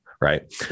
right